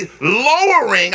lowering